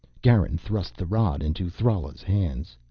garin thrust the rod into thrala's hands.